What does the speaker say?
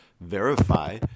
verify